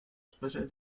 sprecher